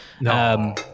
No